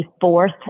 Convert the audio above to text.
fourth